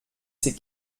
ces